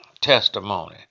testimony